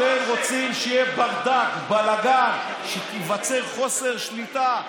אתם רוצים שיהיה ברדק, בלגן, שייווצר חוסר שליטה.